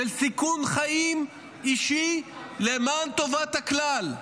של סיכון חיים אישי למען טובת הכלל,